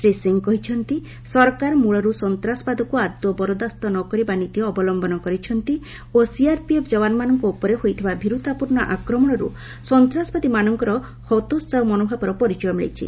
ଶ୍ରୀ ସିଂହ କହିଛନ୍ତି ସରକାର ମୂଳରୁ ସନ୍ତାସବାଦକୁ ଆଦୌ ବରଦାସ୍ତ ନ କରିବା ନୀତି ଅବଲମ୍ଭନ କରିଛନ୍ତି ଓ ସିଆର୍ପିଏଫ୍ ଯବାନମାନଙ୍କ ଉପରେ ହୋଇଥିବା ଭୀରୁତାପୂର୍ଣ୍ଣ ଆକ୍ରମଣରୁ ସନ୍ତାସବାଦୀମାନଙ୍କର ହତୋହାହ ମନୋଭାବର ପରିଚୟ ମିଳିଛି